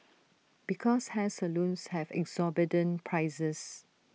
because hair salons have exorbitant prices